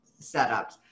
setups